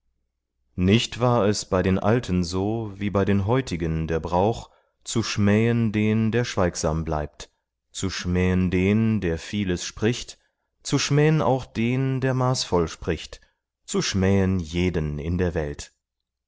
nicht war es bei den alten so wie bei den heutigen der brauch zu schmähen den der schweigsam bleibt zu schmähen den der vieles spricht zu schmähn auch den der maßvoll spricht zu schmähen jeden in der welt